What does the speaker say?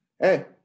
Hey